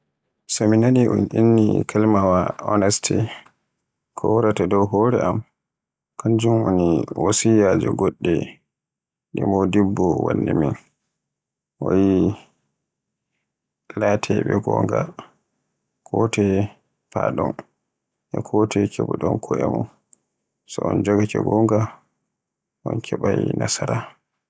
So mi nani un inni kalimaawa "honesty" ko waraata dow hore am kanjum woni wasiyyaje goɗɗe ɗe modibbo wanni min o yi'i laate ɓe gonga ko toye fa'aɗon e kotoye keɓu ɗon ko'e mon, so on jogaake gonga on keɓaay nasara.